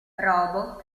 robot